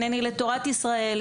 הנני לתורת ישראל,